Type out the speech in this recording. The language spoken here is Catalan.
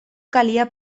calia